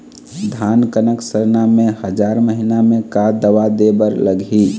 धान कनक सरना मे हजार महीना मे का दवा दे बर लगही?